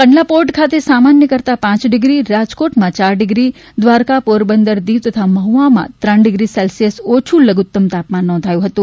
Kandla port ખાતે સામાન્ય કરતાં પાંચ ડિગ્રી રાજકોટમાં ચાર ડિગ્રી દ્વારકા પોરબંદર દીવ તથા મહુવામાં ત્રણ ડિગ્રી સેલ્સીયસ ઓછું લધુત્તમ તાપમાન નોંધાયું હતું